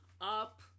up